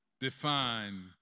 define